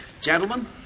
gentlemen